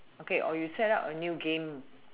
okay or you set up a new game